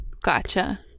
Gotcha